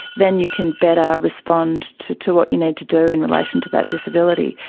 then you can better respond to to what you need to do in relation to that disability.